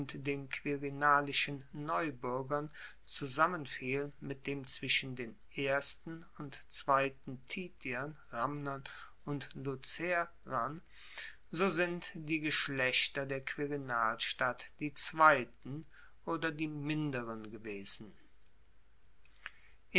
den quirinalischen neubuergern zusammenfiel mit dem zwischen den ersten und zweiten titiern ramnern und lucerern so sind die geschlechter der quirinalstadt die zweiten oder die minderen gewesen